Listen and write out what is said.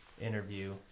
interview